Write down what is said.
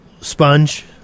sponge